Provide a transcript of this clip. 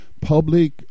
public